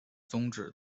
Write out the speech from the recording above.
宗旨